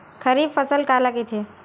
खरीफ फसल काला कहिथे?